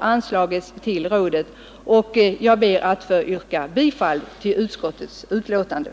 anslagits till rådet. Herr talman! Jag ber att yrka bifall till utskottets hemställan.